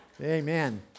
Amen